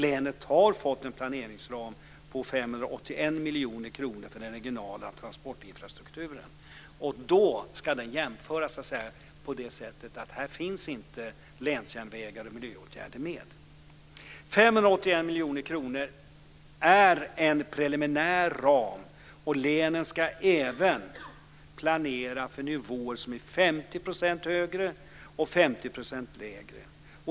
Länet har fått en planeringsram på 581 miljoner kronor för den regionala transportinfrastrukturen. Den ska jämföras på det sättet att här finns inte länsjärnvägar och miljöåtgärder med. 581 miljoner kronor är en preliminär ram. Länen ska även planera för nivåer som är 50 % högre och 50 % lägre.